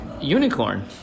unicorn